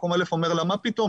מקום א' אומר לה: מה פתאום?